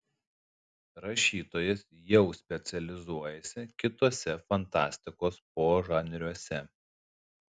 rašytojas jau specializuojasi kituose fantastikos požanriuose